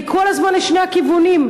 היא כל הזמן לשני הכיוונים.